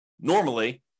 normally